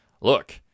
look